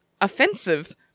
offensive